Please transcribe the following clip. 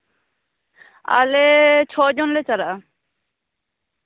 ᱟᱞᱮ ᱪᱷᱚ ᱡᱚᱱ ᱞᱮ ᱪᱟᱞᱟᱜᱼᱟ